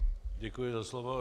Děkuji za slovo.